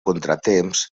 contratemps